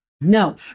no